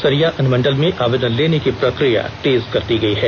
सरिया अनुमंडल में आवेदन लेने की प्रक्रिया तेज कर दी गई है